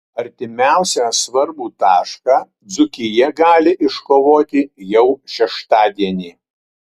artimiausią svarbų tašką dzūkija gali iškovoti jau šeštadienį